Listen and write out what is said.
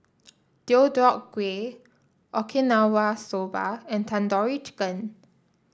Deodeok Gui Okinawa Soba and Tandoori Chicken